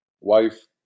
wife